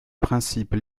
principes